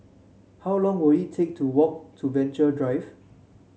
how long will it take to walk to Venture Drive